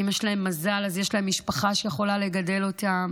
אם יש להם מזל אז יש להם משפחה שיכולה לגדל אותם.